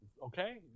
Okay